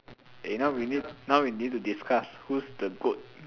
eh now we need now we need to discuss who's the goat